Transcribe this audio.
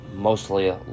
mostly